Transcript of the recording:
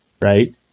right